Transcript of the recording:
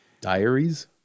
Diaries